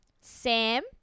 Sam